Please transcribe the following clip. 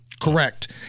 correct